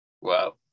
Wow